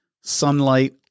sunlight